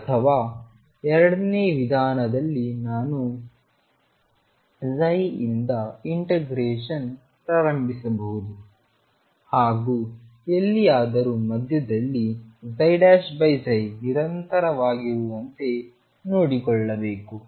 ಅಥವಾ ಎರಡನೇ ವಿಧಾನದಲ್ಲಿ ನಾನು ψ ಇಂದ ಇಂಟಿಗ್ರೇಷನ್ ಪ್ರಾರಂಭಿಸಬಹುದು ಹಾಗೂ ಎಲ್ಲಿಯಾದರೂ ಮಧ್ಯದಲ್ಲಿψ ನಿರಂತರವಾಗಿರುವಂತೆ ನೋಡಿಕೊಳ್ಳಬೇಕು